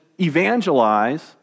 evangelize